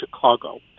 Chicago